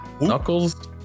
Knuckles